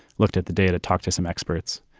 looked at the data, talked to some experts.